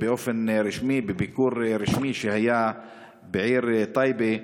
בביקור רשמי שהיה בעיר טייבה,